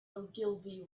ogilvy